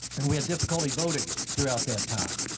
and we had difficulty voting throughout that time.